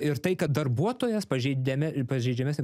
ir tai kad darbuotojas pažeidėme pažeidžiamesnė